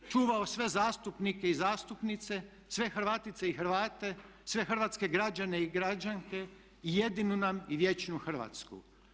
Čuvao sve zastupnike i zastupnice, sve Hrvatice i Hrvate, sve hrvatske građane i građanke i jedinu nam i vječnu Hrvatsku!